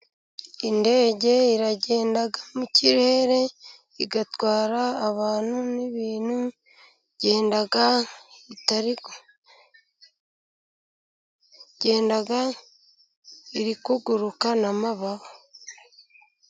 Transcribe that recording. Indege iragenda mu kirere, igatwara abantu n'ibintu, igenda itari, igenda iri kuguruka n'amababa.